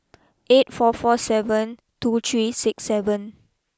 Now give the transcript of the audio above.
eight four four seven two three six seven